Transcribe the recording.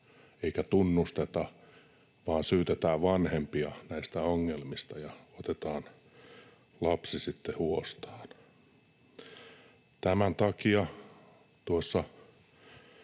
eikä tunnusteta, vaan sen sijaan syytetään vanhempia näistä ongelmista ja otetaan lapsi sitten huostaan. Tämän takia hyvin